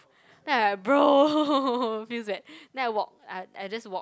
then I like bro feels that then I walk I I just walk